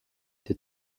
der